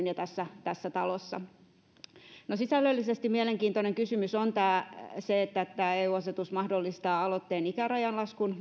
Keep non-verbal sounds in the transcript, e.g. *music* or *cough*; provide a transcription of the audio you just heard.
*unintelligible* ja tässä tässä talossa arvoisensa käsittelyn sisällöllisesti mielenkiintoinen kysymys on se että tämä eu asetus mahdollistaa aloitteen ikärajan laskun *unintelligible*